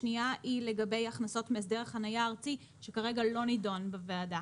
השנייה היא לגבי הכנסות מהסדר החניה הארצי שכרגע לא נידון בוועדה.